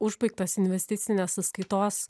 užbaigtas investicinės sąskaitos